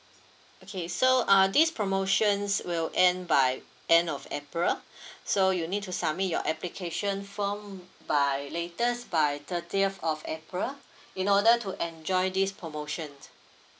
okay so uh this promotions will end by end of april so you need to submit your application form by latest by thirtieth of april in order to enjoy this promotion